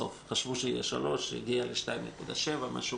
חשבו שזה יהיה 3 מיליארד וזה הגיע ל-2.7 מיליארד.